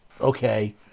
okay